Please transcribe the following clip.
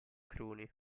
cruni